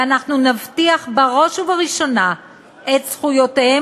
ואנחנו נבטיח בראש ובראשונה את זכויותיהם